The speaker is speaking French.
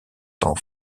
temps